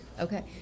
Okay